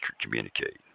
communicate